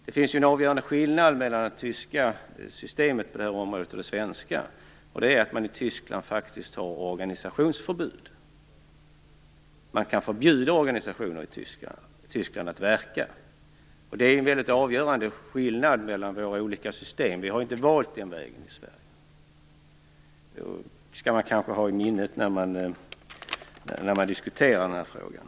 Det finns en avgörande skillnad mellan det tyska systemet på detta område och det svenska, och det är att man i Tyskland har organisationsförbud. Man kan förbjuda organisationer att verka i Tyskland. Det är en väldigt avgörande skillnad mellan våra olika system. Vi har inte valt den vägen i Sverige. Det kanske man skall ha i minnet när man diskuterar den här frågan.